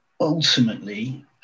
ultimately